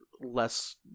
less